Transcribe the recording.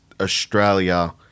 Australia